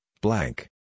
blank